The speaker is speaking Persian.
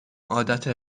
عادت